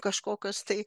kažkokios tai